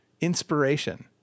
inspiration